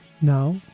Now